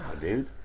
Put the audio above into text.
dude